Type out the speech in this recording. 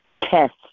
test